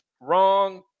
wrong